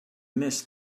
miss